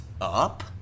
up